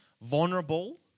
vulnerable